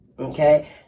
okay